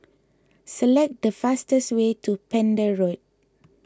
select the fastest way to Pender Road